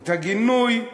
את הגינוי,